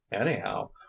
anyhow